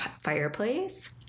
fireplace